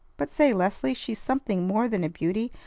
but say, leslie, she's something more than a beauty.